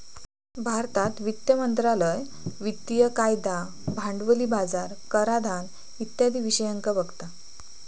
भारतात वित्त मंत्रालय वित्तिय कायदा, भांडवली बाजार, कराधान इत्यादी विषयांका बघता